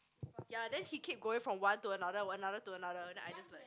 ya then he keep going from one to another another to another then I just like